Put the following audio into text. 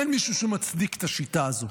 אין מישהו שמצדיק את השיטה הזאת.